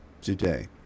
today